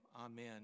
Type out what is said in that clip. amen